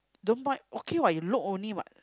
don't buy okay what you look only what